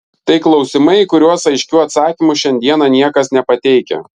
tai klausimai į kuriuos aiškių atsakymų šiandieną niekas nepateikia